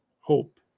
hope